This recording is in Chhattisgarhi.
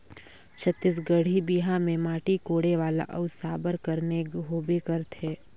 छत्तीसगढ़ी बिहा मे माटी कोड़े वाला अउ साबर कर नेग होबे करथे